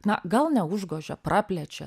na gal neužgožia praplečia